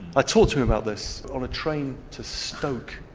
i talked to him about this on a train to stoke,